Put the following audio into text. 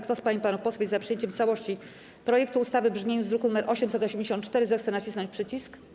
Kto z pań i panów posłów jest za przyjęciem w całości projektu ustawy w brzmieniu z druku nr 884, zechce nacisnąć przycisk.